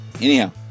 anyhow